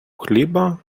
хліба